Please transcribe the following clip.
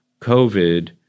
covid